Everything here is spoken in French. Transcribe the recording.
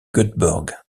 göteborg